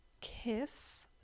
kiss